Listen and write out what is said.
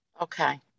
Okay